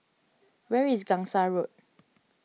where is Gangsa Road